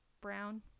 brown